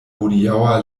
hodiaŭa